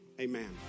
amen